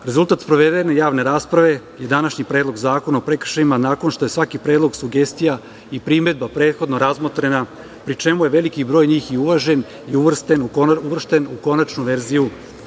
sprovedene javne rasprave je današnji Predlog zakona o prekršajima, nakon što je svaki predlog, sugestija i primedba prethodno razmotrena, pri čemu je veliki broj njih i uvažen i uvršćen u konačnu verziju